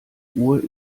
uhr